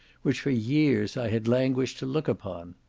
which for years, i had languished to look upon.